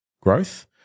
growth